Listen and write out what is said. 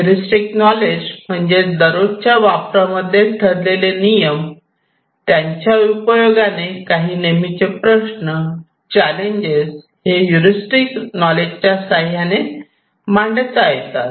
heuristic knowledge म्हणजे दररोजच्या वापरा मध्ये ठरलेले नियम त्यांच्या उपयोगाने काही नेहमीचे प्रश्न चॅलेंजेस जे ह्युरिस्टिक नॉलेज च्या साह्याने मांडता येतात